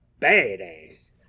Badass